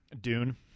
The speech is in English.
Dune